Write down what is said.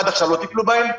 עד עכשיו לא טיפלו בהם,